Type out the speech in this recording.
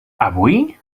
avui